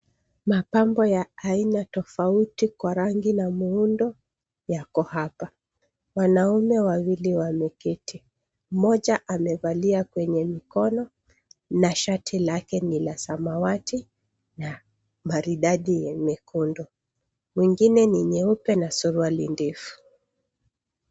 Mapambo ya aina tofauti kwa rangi na muundo yako hapa. Wanaume wawili wameketi, mmoja amevalia kwenye mikono na shati lake ni la samawati na maridadi ya nyekundu. Mwingine ni nyeupe na suruali ndefu.